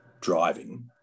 driving